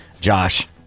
Josh